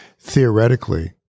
theoretically